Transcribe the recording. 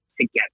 together